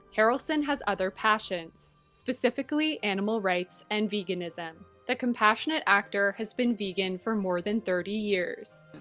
harrelson has other passions, specifically animal rights and veganism. the compassionate actor has been vegan for more than thirty years.